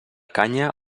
canya